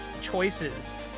choices